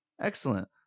Excellent